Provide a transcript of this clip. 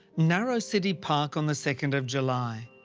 narrow city park on the second of july.